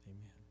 Amen